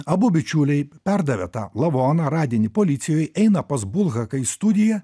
abu bičiuliai perdavė tą lavoną radinį policijoj eina pas bulhaką į studiją